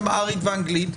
אמהרית ואנגלית,